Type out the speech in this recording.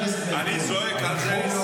אני זועק על זה 20 שנה.